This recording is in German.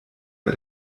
bei